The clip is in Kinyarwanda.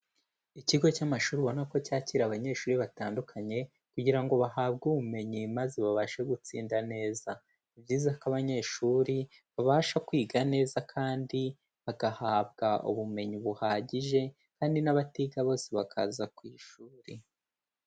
Ikigo cy'amashuri ubona ko cyakira abanyeshuri batandukanye, kugira ngo bahabwe ubumenyi maze babashe gutsinda neza. Ni byiza ko abanyeshuri babasha kwiga neza kandi bagahabwa ubumenyi buhagije, kandi n'abatiga bose bakaza ku ishuri.